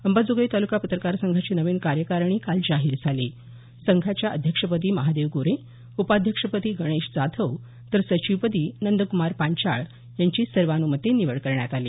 अंबाजोगाई तालुका पत्रकार संघाची नवीन कार्यकारिणी काल जाहीर झाली संघाच्या अध्यक्षपदी महादेव गोरे उपाध्यक्षपदी गणेश जाधव तर सचिवपदी नंद्कुमार पांचाळ यांची सर्वानुमते निवड करण्यात आली